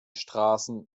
straßen